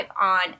on